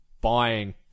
buying